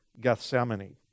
Gethsemane